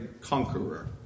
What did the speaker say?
conqueror